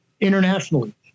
internationally